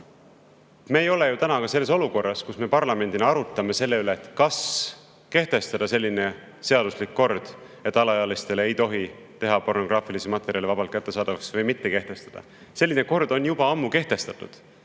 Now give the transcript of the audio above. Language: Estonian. Me ei ole täna ju olukorras, kus me parlamendina arutleme selle üle, kas kehtestada selline seaduslik kord, et alaealistele ei tohi teha pornograafilisi materjale vabalt kättesaadavaks, või mitte kehtestada. Selline kord on juba ammu kehtestatud,